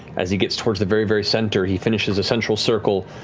as he gets towards the very, very center, he finishes a central circle,